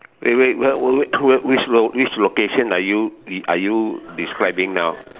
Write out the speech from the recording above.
wait wait wait wait wait which lo~ which location are you are you describing now